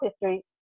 history